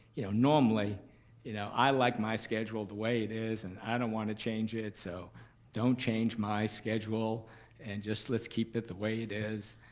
you know, normally you know i like my schedule the way it is and i don't want to change it. so don't change my schedule and just let's keep it the way it is.